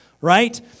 right